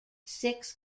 six